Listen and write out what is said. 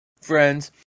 friends